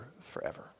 forever